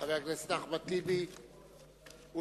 חבר הכנסת אחמד טיבי, בבקשה.